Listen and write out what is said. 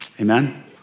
Amen